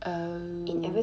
oh